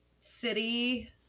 City